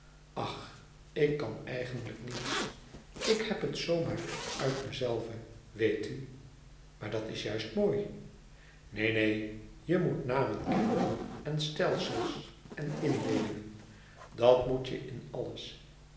ach ik kan eigenlijk niets ik heb het zoo maar uit mezelven weet u maar dat is juist mooi neen neen je moet namen kennen en stelsels en indeelingen dat moet je in alles